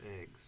eggs